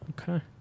Okay